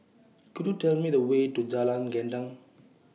Could YOU Tell Me The Way to Jalan Gendang